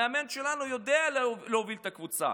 המאמן שלנו יודע להוביל את הקבוצה,